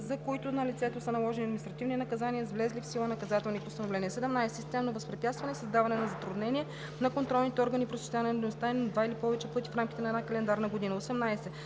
за които на лицето са наложени административни наказания с влезли в сила наказателни постановления. 17. „Системно възпрепятстване“ е създаване на затруднения на контролните органи при осъществяване на дейността им два или повече пъти в рамките на една календарна година.